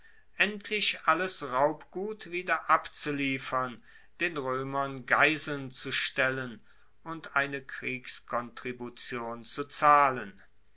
endlich alles raubgut wieder abzuliefern den roemern geiseln zu stellen und eine kriegskontribution zu zahlen